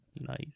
Nice